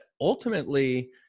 ultimately